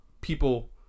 people